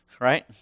right